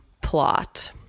plot